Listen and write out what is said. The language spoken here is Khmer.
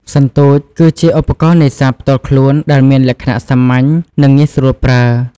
សន្ទូច គឺជាឧបករណ៍នេសាទផ្ទាល់ខ្លួន ដែលមានលក្ខណៈសាមញ្ញ និងងាយស្រួលប្រើ។